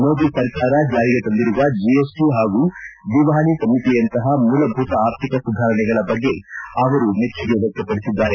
ಮೋದಿ ಸರ್ಕಾರ ಜಾರಿಗೆ ತಂದಿರುವ ಜಿಎಸ್ಟಿ ಪಾಗೂ ದಿವಾಳ ಸಂಹಿತೆಯಂತಹ ಮೂಲಭೂತ ಆರ್ಥಿಕ ಸುಧಾರಣೆಗಳ ಬಗ್ಗೆ ಅವರು ಮೆಚ್ಚುಗೆ ವ್ಯಕ್ತಪಡಿಸಿದ್ದಾರೆ